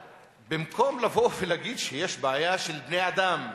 במקום לבוא ולהגיד שיש בעיה של בני-אדם,